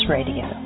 Radio